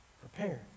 prepared